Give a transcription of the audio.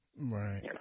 Right